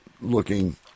looking